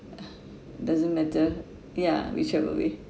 doesn't matter ya whichever way